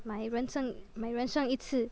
my 人生 my 人生一次